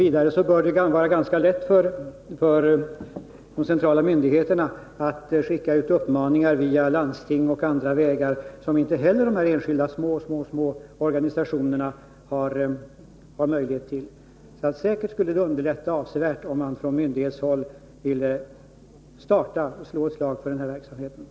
Vidare bör det vara ganska lätt för de centrala myndigheterna att skicka ut uppmaningar via landsting och på andra vägar, som de här enskilda små organisationerna inte heller har möjlighet till. Det skulle säkert underlätta avsevärt om man från myndighetshåll ville starta och slå ett slag för den här märkesverksamheten.